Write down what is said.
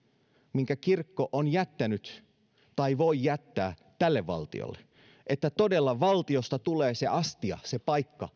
minkä kirkko on jättänyt tai voi jättää tälle valtiolle että todella valtiosta tulee se astia se paikka